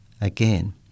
again